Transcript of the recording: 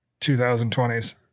2020s